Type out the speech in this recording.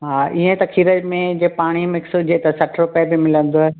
हा इएं त खीर में जे पाणी मिक्स हुजे त सठि रुपिए बि मिलंदव